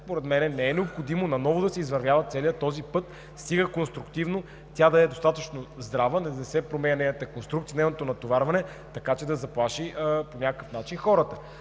според мен, не е необходимо наново да се извървява целият този път, стига конструктивно тя да е достатъчно здрава, да не се променя нейната конструкция, нейното натоварване, така че да заплаши по някакъв начин хората.